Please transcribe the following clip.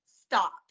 stop